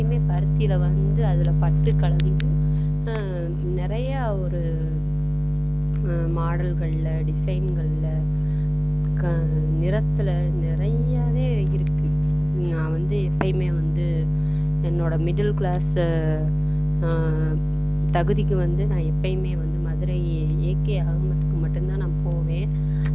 இப்போயுமே பருத்தியில் வந்து அதில் பட்டு கலந்து நிறையா ஒரு மாடல்களில் டிசைன்களில் நிறத்தில் நிறையாவே இருக்குது நான் வந்து எப்போயுமே வந்து என்னோடய மிடில் கிளாஸு தகுதிக்கு வந்து நான் எப்போயுமே வந்து மதுரை ஏ கே அகமத்துக்கு மட்டுந்தான் நான் போவேன்